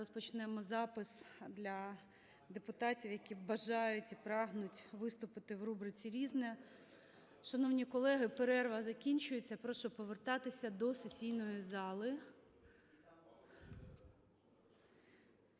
розпочнемо запис для депутатів, які бажають і прагнуть виступити в рубриці "Різне". Шановні колеги, перерва закінчується, прошу повертатися до сесійної зали.